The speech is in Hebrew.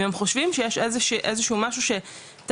אם הם חושבים שיש איזה שהוא משהו שתחת